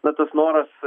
na tas noras